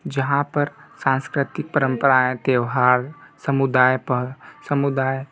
जहाँ पर सांस्कृतिक परंपराएं त्यौहार समुदाय पर समुदाय